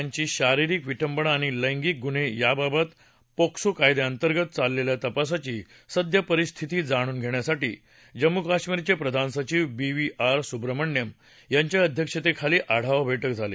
महिला आणि मुले यांची शारिरीक विटंबना आणि लैंगिक गुन्हे याबाबत पोक्सो कायद्याअंतर्गत चाललेल्या तपासाची सद्यपरिस्थिती जाणून घेण्यासाठी जम्मू कश्मीरचे प्रधान सचिव बीव्ही आर सुब्रमण्यम यांच्या अध्यक्षतेखाली आढावा बैठक झाली